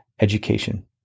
education